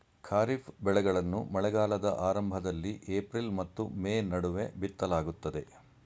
ಖಾರಿಫ್ ಬೆಳೆಗಳನ್ನು ಮಳೆಗಾಲದ ಆರಂಭದಲ್ಲಿ ಏಪ್ರಿಲ್ ಮತ್ತು ಮೇ ನಡುವೆ ಬಿತ್ತಲಾಗುತ್ತದೆ